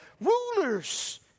rulers